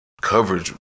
coverage